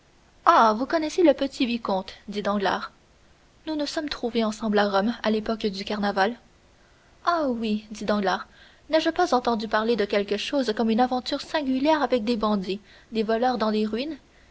ah vous connaissez le petit vicomte dit danglars nous nous sommes trouvés ensemble à rome à l'époque du carnaval ah oui dit danglars n'ai-je pas entendu parler de quelque chose comme une aventure singulière avec des bandits des voleurs dans les ruines